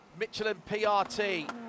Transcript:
MichelinPRT